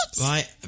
Right